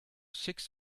six